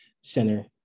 center